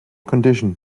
condition